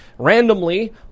randomly